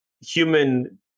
human